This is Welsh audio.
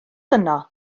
yno